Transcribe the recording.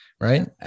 Right